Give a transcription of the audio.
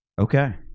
Okay